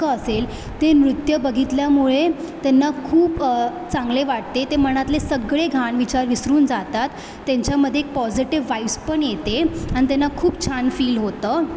दुःख असेल ते नृत्य बघितल्यामुळे त्यांना खूप चांगले वाटते ते मनातले सगळे घाण विचार विसरून जातात त्यांच्यामध्ये एक पॉझिटिव वाईस पण येते अन् त्यांना खूप छान फील होतं